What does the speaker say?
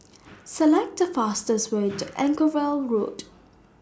Select The fastest Way to Anchorvale Road